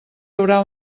haurà